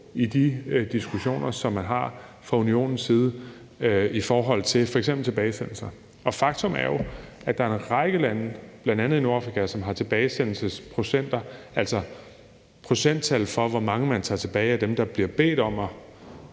i de diskussioner, som man har fra Unionens side i forhold til f.eks. tilbagesendelser. Faktum er jo, at der er en række lande, bl.a. i Nordafrika, som har tilbagesendelsesprocenter, altså procenttal for, hvor mange man tager tilbage af dem, som